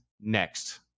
next